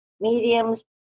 mediums